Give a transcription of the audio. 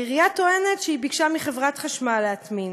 העירייה טוענת שהיא ביקשה מחברת החשמל להטמין.